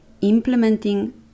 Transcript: implementing